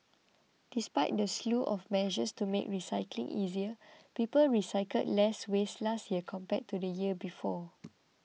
despite the slew of measures to make recycling easier people recycled less waste last year compared to the year before